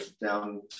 down